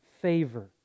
favor